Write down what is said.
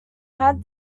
had